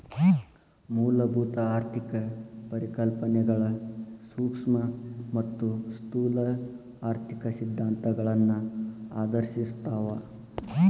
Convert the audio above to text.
ಮೂಲಭೂತ ಆರ್ಥಿಕ ಪರಿಕಲ್ಪನೆಗಳ ಸೂಕ್ಷ್ಮ ಮತ್ತ ಸ್ಥೂಲ ಆರ್ಥಿಕ ಸಿದ್ಧಾಂತಗಳನ್ನ ಆಧರಿಸಿರ್ತಾವ